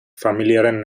familiaren